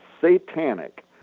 satanic